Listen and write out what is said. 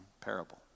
parable